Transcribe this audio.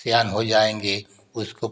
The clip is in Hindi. सयान हो जाएंगे उसको